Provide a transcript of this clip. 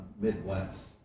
Midwest